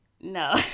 no